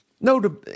No